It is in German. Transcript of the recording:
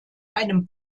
einem